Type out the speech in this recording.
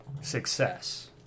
success